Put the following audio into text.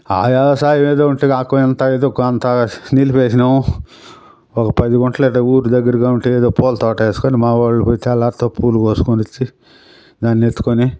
ఆ వ్యవసాయం ఏదో ఉంటే నాకు ఇంత ఏదో కొంత నిలిపి వేసినాము ఒక పది గుంటలు అలా ఊరికి దగ్గరగా ఉంటే ఏదో పూల తోట వేసుకొని మా ఒళ్ళుతో తెల్లారితే పూలు కోసుకొని వచ్చి దాన్ని ఎత్తుకొని